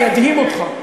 אני אדהים אותך,